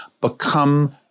become